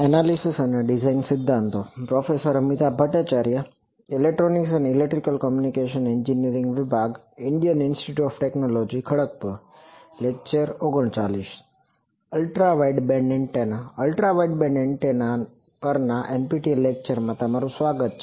ultra wideband antenna પરના આ NPTEL લેક્ચરમાં તમારું સ્વાગત છે